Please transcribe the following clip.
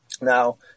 Now